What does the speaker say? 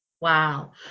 Wow